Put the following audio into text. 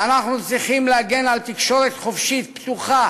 ואנחנו צריכים להגן על תקשורת חופשית, פתוחה,